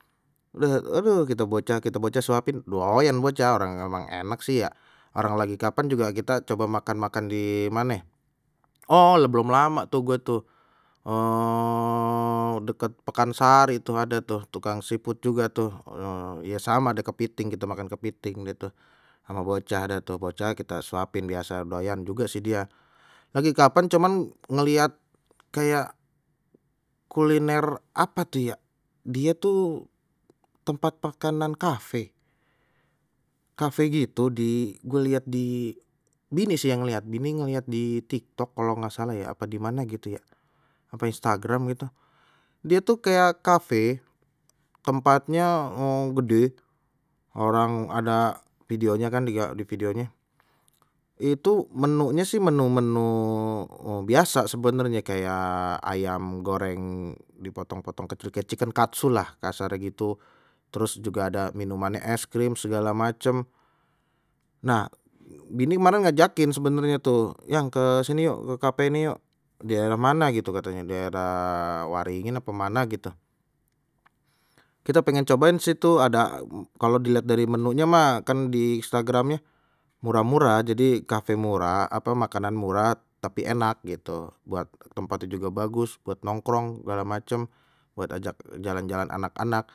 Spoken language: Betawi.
Duh aduh kita bocah kita bocah suapin doyan bocah orang emang enak sih ya, orang lagi kapan juga kita coba makan-makan di mane. Oh lha belum lama tuh gue tuh deket pekansari tuh ada tuh tukang seafood juga tuh, eh ya sama deh kepiting gitu makan kepiting gitu sama bocah ada tuh bocah kita suapin biasa doyan juga sih dia, lagi kapan cuman ngeliat kayak kuliner apa tu ya dia tuh tempat makanan kafe, kafe gitu di gue lihat di bini sih yang ngliat bini ngeliat di tik tok kalau nggak salah ya apa di mana gitu ya, apa instagram gitu dia tuh kayak kafe tempatnya gede orang ada videonya kan dia di videonye itu menunye sih menu-menu biasa sebenarnya kayak ayam goreng dipotong-potong kecil kan, katsu lah kasar gitu terus juga ada minumannya es krim segala macam nah bini kemarin ngajakin sebenarnya tuh yang ke sini yuk ke kafe ini yuk daerah mana gitu katanya daerah waringin apa mana gitu, kita pengen cobain situ ada kalau dilihat dari menunya mah makan di instagramnye murah-murah jadi kafe murah apa makanan murah tapi enak gitu, buat tempate juga bagus buat nongkrong segala macam buat ajak jalan-jalan anak-anak.